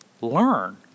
learn